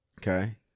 Okay